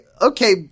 okay